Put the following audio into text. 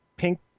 Pink